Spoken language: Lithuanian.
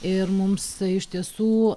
ir mums iš tiesų